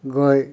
গৈ